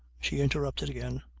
she interrupted again.